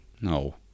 No